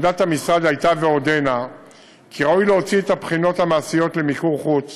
עמדת המשרד הייתה ועודנה כי ראוי להוציא את הבחינות המעשיות למיקור חוץ